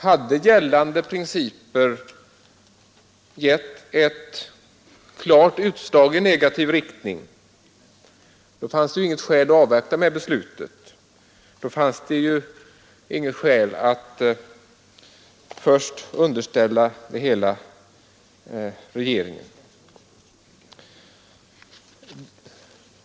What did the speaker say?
Hade gällande principer givit ett klart utslag i negativ riktning, hade det inte funnits något skäl till att avvakta med beslutet. Då hade det inte funnits skäl att först underställa regeringen det hela.